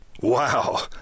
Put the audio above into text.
Wow